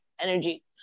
energy